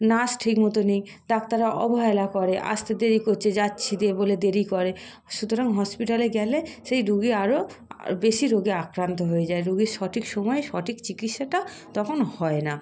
nurse ঠিক মতো নেই ডাক্তাররা অবহেলা করে আসতে দেরি করছে যাচ্ছি দিয়ে বলে দেরি করে সুতরাং হসপিটালে গেলে সেই রোগী আরও বেশি রোগে আক্রান্ত হয়ে যায় রোগীর সঠিক সময়ে সঠিক চিকিৎসাটা তখন হয় না